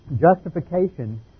justification